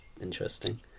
interesting